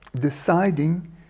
deciding